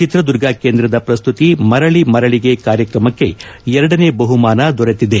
ಚಿತ್ರದುರ್ಗ ಕೇಂದ್ರದ ಪ್ರಸ್ತುತಿ ಮರಳ ಮರಳಿಗೆ ಕಾರ್ಯಕ್ರಮಕ್ಕೆ ಎರಡನೇ ಬಹುಮಾನ ದೊರೆತಿದೆ